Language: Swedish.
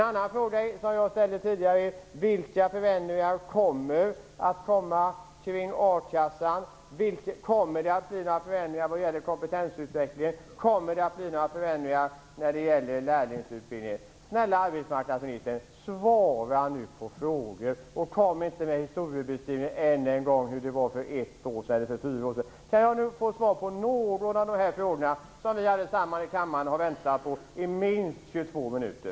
Andra frågor som jag ställde tidigare var: Vilka förändringar kommer att genomföras av a-kassan? Kommer det att bli några förändringar vad gäller kompetensutvecklingen och lärlingsutbildningen? Snälla arbetsmarknadsministern! Svara nu på frågor, och kom inte än en gång med en historiebeskrivning, av hur det var för ett år sedan eller för fyra år sedan! Kan jag nu få svar på någon av dessa frågor, som vi alla i kammaren har väntat på i minst 22 minuter?